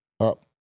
up